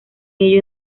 ello